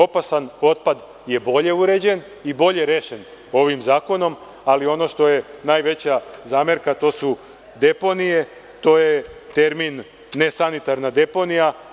Opasan otpad je bolje uređen i bolje rešen ovim zakonom, ali ono što je najveća zamerka jesu deponije, to je termin nesanitarna deponija.